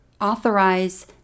authorize